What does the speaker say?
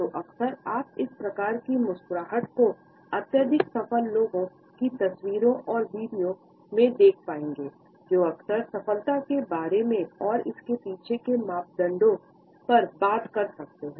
तो अक्सर आप इस प्रकार की मुस्कुराहट को अत्यधिक सफल लोगों की तस्वीरें और वीडियो देख पाएंगे जो अक्सर सफलता के बारे में और इसके पीछे के मापदंडों बात कर सकते हैं